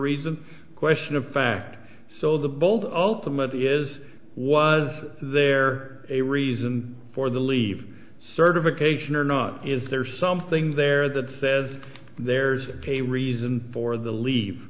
reason question of fact so the bold ultimately is was there a reason for the leave certification or not is there something there that says there's a reason for the leave